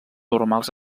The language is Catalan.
normals